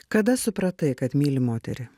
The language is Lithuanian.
kada supratai kad myli moterį